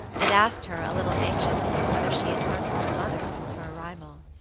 and asked her, a little anxiously, whether she had heard from her mother since her arrival.